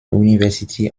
university